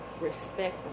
Respect